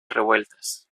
revueltas